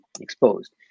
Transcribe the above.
exposed